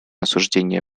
осуждение